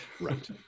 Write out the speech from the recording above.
Right